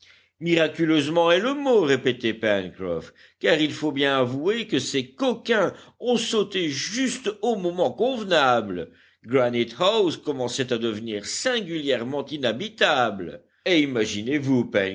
miraculeusement est le mot répétait pencroff car il faut bien avouer que ces coquins ont sauté juste au moment convenable granite house commençait à devenir singulièrement inhabitable et imaginez-vous